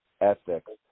ethics